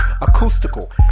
acoustical